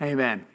Amen